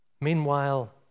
Meanwhile